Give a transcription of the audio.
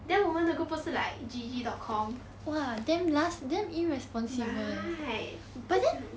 then 我们的 group 不是 like G_G dot com right